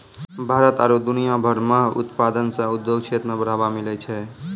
भारत आरु दुनिया भर मह उत्पादन से उद्योग क्षेत्र मे बढ़ावा मिलै छै